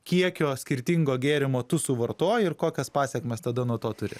kiekio skirtingo gėrimo tu suvartoji ir kokias pasekmes tada nuo to turi